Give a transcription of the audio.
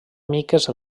miques